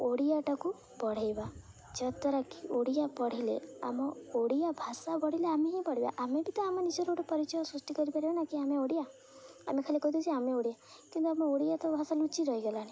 ଓଡ଼ିଆଟାକୁ ପଢ଼ାଇବା ଯଦ୍ୱାରା କି ଓଡ଼ିଆ ପଢ଼ିଲେ ଆମ ଓଡ଼ିଆ ଭାଷା ପଢ଼ିଲେ ଆମେ ହିଁ ପଢ଼ିବା ଆମେ ବି ତ ଆମେ ନିଜର ଗୋଟେ ପରିଚୟ ସୃଷ୍ଟି କରିପାରିବା ନା କି ଆମେ ଓଡ଼ିଆ ଆମେ ଖାଲି କହିଦଉଛେ ଆମେ ଓଡ଼ିଆ କିନ୍ତୁ ଆମ ଓଡ଼ିଆ ତ ଭାଷା ଲୁଚି ରହିଗଲାଣି